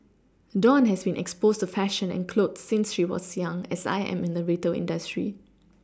dawn has been exposed to fashion and clothes since she was young as I am in the retail industry